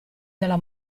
dalla